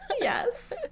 Yes